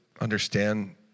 understand